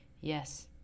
yes